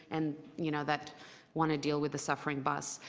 and you know, that want to deal with the suffering bus.